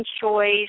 choice